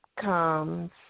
comes